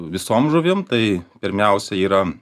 visom žuvim tai pirmiausia yra